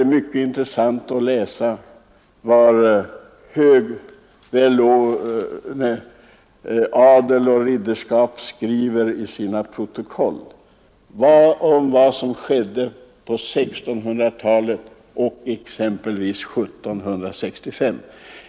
Det är mycket intressant att läsa vad ridderskapet och adeln skrev i sina protokoll om vad som skedde på 1600-talet och exempelvis 1765.